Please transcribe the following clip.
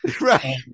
Right